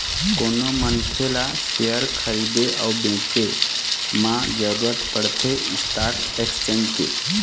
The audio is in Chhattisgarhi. कोनो मनखे ल सेयर खरीदे अउ बेंचे बर जरुरत पड़थे स्टाक एक्सचेंज के